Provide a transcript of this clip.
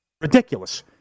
Ridiculous